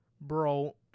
bro